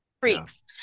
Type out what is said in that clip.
freaks